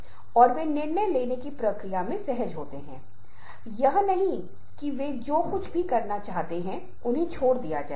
इसलिए अगर हम चीजों के दूसरे पहलू को देख रहे हैं तो शरीर की भाषा को समझना कुछ दूसरों की तुलना में बेहतर हैं